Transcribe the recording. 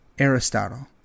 Aristotle